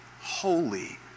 holy